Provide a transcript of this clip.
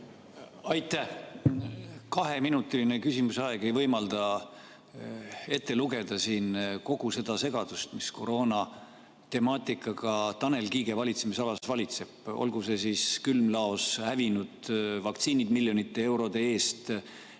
Aitäh! Kaheminutiline küsimuse aeg ei võimalda ette lugeda kogu seda segadust, mis koroonateemal Tanel Kiige valitsemisalas valitseb, olgu see siis külmlaos hävinud vaktsiinid miljonite eurode eest,